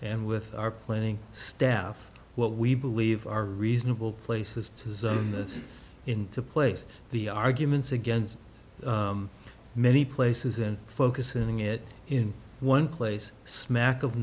and with our planning staff what we believe are reasonable places to zone in this into place the arguments against many places and focusing it in one place smack of